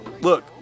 look